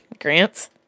Grants